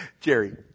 Jerry